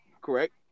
Correct